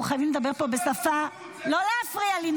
אנחנו חייבים לדבר פה בשפה ------ לא להפריע לי,